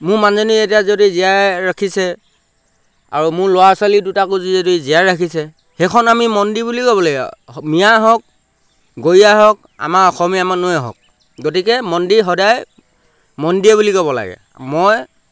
মোৰ মানুহজনী এতিয়া যদি জীয়াই ৰাখিছে আৰু মোৰ ল'ৰা ছোৱালী দুটাকো যদি জীয়াই ৰাখিছে সেইখন আমি মন্দিৰ বুলি ক'ব লাগিব মিঞাই হওক গৰিয়াই হওক আমাৰ অসমীয়া মানুহেই হওক গতিকে মন্দিৰ সদায় মন্দিৰেই বুলি ক'ব লাগে মই